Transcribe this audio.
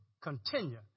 continue